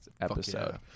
episode